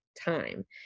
time